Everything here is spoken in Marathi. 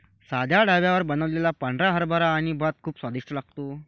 साध्या ढाब्यावर बनवलेला पांढरा हरभरा आणि भात खूप स्वादिष्ट लागतो